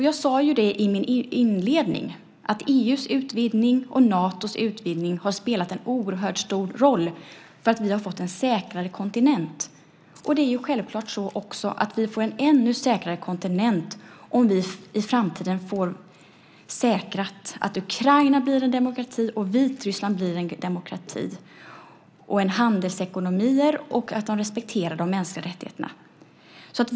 Jag sade ju i min inledning att EU:s utvidgning och Natos utvidgning har spelat en oerhört stor roll för att vi har fått en säkrare kontinent. Självklart får vi en ännu säkrare kontinent om vi i framtiden får säkrat att Ukraina blir en demokrati och att Vitryssland blir en demokrati, att de blir handelsekonomier och att de respekterar de mänskliga rättigheterna.